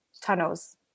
tunnels